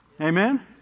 Amen